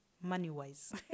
money-wise